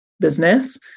Business